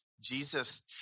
Jesus